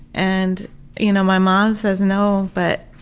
and you know my mom says no, but